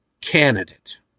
candidate